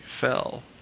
fell